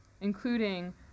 including